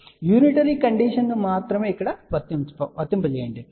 కాబట్టి unitary condition ని మాత్రమే వర్తింపజేయండి